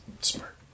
smart